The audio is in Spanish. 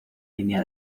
línea